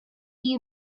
you